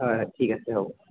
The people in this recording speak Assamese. হয় হয় ঠিক আছে হ'ব